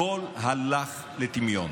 הכול ירד לטמיון,